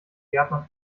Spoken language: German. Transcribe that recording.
gärtner